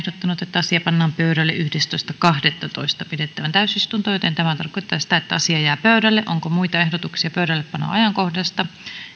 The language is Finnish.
että asia pannaan pöydälle yhdestoista kahdettatoista kaksituhattaseitsemäntoista pidettävään täysistuntoon tämä tarkoittaa sitä että asia jää pöydälle onko muita ehdotuksia pöydällepanon ajankohdasta ei